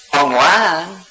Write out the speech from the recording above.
online